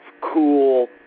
cool